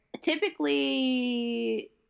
typically